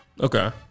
Okay